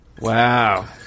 Wow